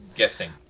guessing